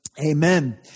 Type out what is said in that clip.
Amen